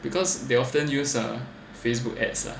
because they often use uh Facebook ads ah